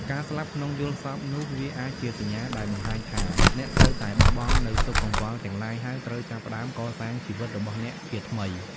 ការស្លាប់ក្នុងយល់សប្តិនោះ វាអាចជាសញ្ញាដែលបង្ហាញថា អ្នកត្រូវតែបោះបង់នូវទុក្ខកង្វល់ទាំងឡាយ ហើយត្រូវចាប់ផ្តើមកសាងជីវិត របស់អ្នកជាថ្មី។